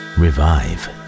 revive